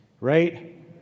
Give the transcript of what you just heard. right